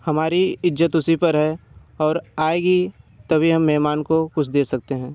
हमारी इज़्ज़त उसी पर है और आएगी तभी हम मेहमान को कुछ दे सकते हैं